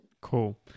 cool